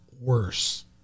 worse